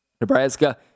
Nebraska